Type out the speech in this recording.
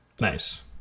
Nice